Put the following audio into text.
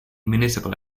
municipal